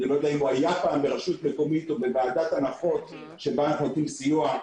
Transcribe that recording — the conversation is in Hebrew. אני לא יודע אם היה פעם ברשות מקומית או בוועדת הנחות שבה נותנים סיוע.